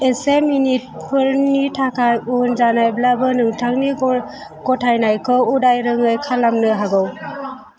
इसे मिनिटफोरनि थाखाय उन जानायब्लाबो नोंथांनि गथायनायखौ उदायरोङै खालामनो हागौ